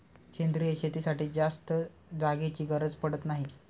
सेंद्रिय शेतीसाठी जास्त जागेची गरज पडत नाही